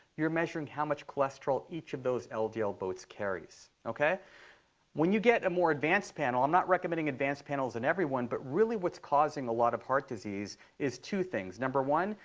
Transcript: you're measuring how much cholesterol each of those ldl ldl boats carries. when you get a more advanced panel i'm not recommending advanced panels in everyone. but really, what's causing a lot of heart disease is two things. number one,